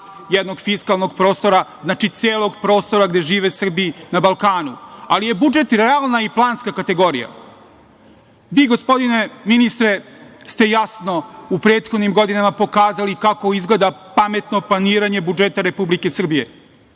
jednog fiskalnog prostora, znači celog prostora gde žive Srbi na Balkanu, ali je budžet realna i planska kategorija. Vi gospodine ministre ste jasno u prethodnim godinama pokazali kako izgleda pametno planiranje budžeta Republike Srbije.